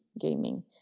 gaming